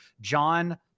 John